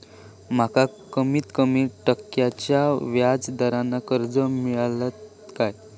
माका कमीत कमी टक्क्याच्या व्याज दरान कर्ज मेलात काय?